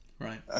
right